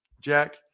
Jack